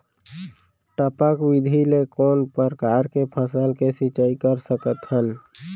टपक विधि ले कोन परकार के फसल के सिंचाई कर सकत हन?